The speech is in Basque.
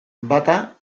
bata